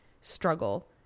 struggle